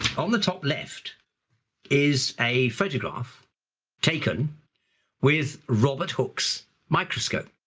on the top left is a photograph taken with robert hooke's microscope.